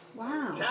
Wow